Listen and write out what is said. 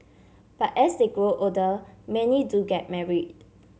but as they grow older many do get married